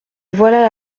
voilà